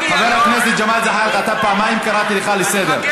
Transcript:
חבר הכנסת ג'מאל זחאלקה, פעמיים קראתי אותך לסדר.